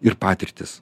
ir patirtis